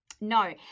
No